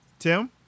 Tim